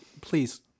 please